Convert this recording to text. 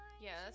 Yes